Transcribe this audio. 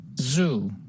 Zoo